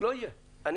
אני